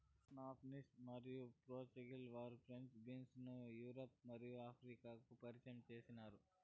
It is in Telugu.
స్పానిష్ మరియు పోర్చుగీస్ వారు ఫ్రెంచ్ బీన్స్ ను యూరప్ మరియు ఆఫ్రికాకు పరిచయం చేసినారు